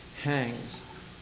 hangs